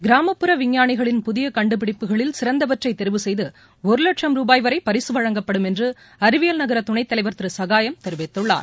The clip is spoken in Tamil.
கிராமப்புற விஞ்ஞாளிகளின் புதிய கண்டுபிடிப்புகளில் சிறந்தவற்றை தெரிவு செய்து ஒரு லட்சம் ரூபாய் வரை பரிசு வழங்கப்படும் என்று அறிவியல் நகர துணைத் தலைவர் திரு சகாயம் தெரிவித்துள்ளார்